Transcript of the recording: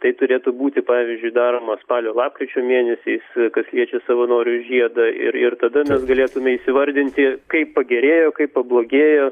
tai turėtų būti pavyzdžiui daroma spalio lapkričio mėnesiais kas liečia savanorius žiedą ir ir tada mes galėtume įvardinti kaip pagerėjo kaip pablogėjo